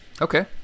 Okay